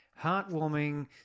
heartwarming